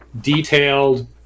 detailed